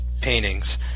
paintings